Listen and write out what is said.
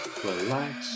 relax